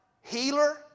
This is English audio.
healer